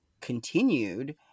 continued